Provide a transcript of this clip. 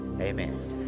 amen